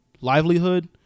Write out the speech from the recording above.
livelihood